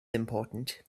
important